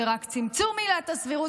זה רק צמצום עילת הסבירות.